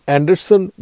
Anderson